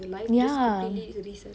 ya